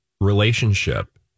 relationship